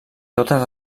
totes